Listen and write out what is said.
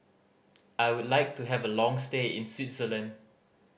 I would like to have a long stay in Switzerland